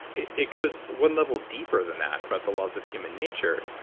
it it goes one level deeper than that about the laws of human nature.